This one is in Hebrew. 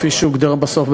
כפי שהוגדר בסוף,